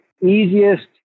easiest